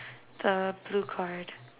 the blue card